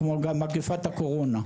כמו גם מגפת הקורונה.